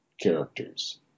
characters